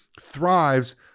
thrives